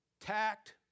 Tact